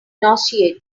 nauseating